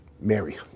Mary